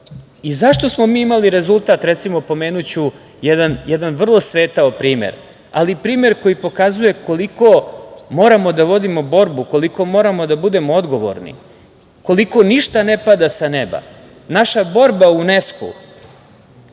državi.Zašto smo mi imali rezultat, recimo, pomenuću jedan vrlo svetao primer, ali primer koji pokazuje koliko moramo da vodimo borbu, koliko moramo da budemo odgovorni, koliko ništa ne pada sa neba. Naša borba u UNESKU